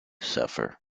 suffer